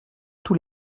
tous